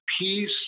peace